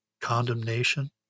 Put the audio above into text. condemnation